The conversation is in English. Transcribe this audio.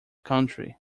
country